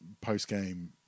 post-game